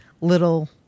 little